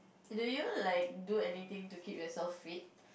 do you like do anything to keep yourself fit